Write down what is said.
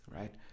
right